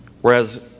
whereas